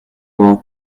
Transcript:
grand